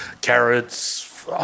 carrots